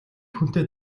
хүнтэй